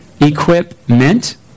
Equipment